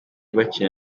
bakina